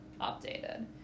updated